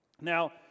Now